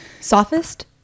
Sophist